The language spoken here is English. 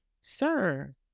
sir